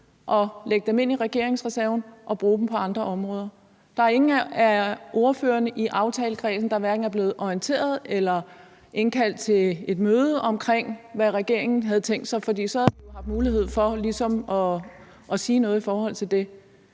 og lægge dem ind i regeringsreserven og bruge dem på andre områder. Der er ingen af ordførerne i aftalekredsen, der er blevet orienteret eller indkaldt til et møde om, hvad regeringen havde tænkt sig, for så havde vi jo haft mulighed for at sige noget i forhold til det.